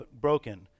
broken